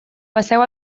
passeu